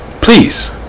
Please